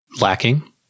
lacking